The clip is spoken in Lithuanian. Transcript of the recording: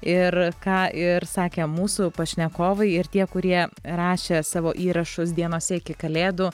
ir ką ir sakė mūsų pašnekovai ir tie kurie rašė savo įrašus dienose iki kalėdų